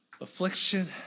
affliction